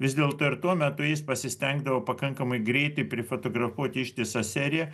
vis dėlto ir tuo metu jis pasistengdavo pakankamai greitai prifotografuoti ištisą seriją